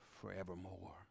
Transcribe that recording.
forevermore